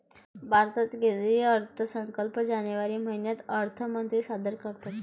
भारतात केंद्रीय अर्थसंकल्प जानेवारी महिन्यात अर्थमंत्री सादर करतात